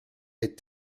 est